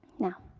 now,